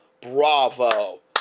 bravo